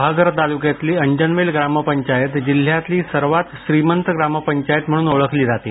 गुहागर तालुक्यातली अंजनवेल ग्रामपंचायत जिल्ह्यातली सर्वात श्रीमंत ग्रामपंचायत म्हणून ओळखली जाते